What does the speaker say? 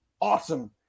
awesome